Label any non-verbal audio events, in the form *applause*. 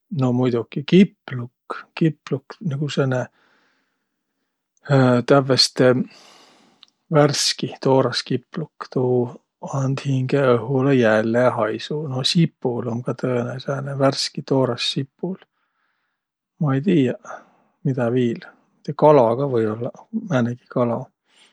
No muidoki kipluk, kipluk nigu sääne *hesitation* tävveste värski, tooras kipluk, tuu and hingeõhulõ jälle haisu. No sipul um kah tõõnõ sääne, värski, tooras sipul. Ma ei tiiäq. Midä viil? Mt- kala ka või-ollaq.